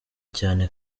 cyane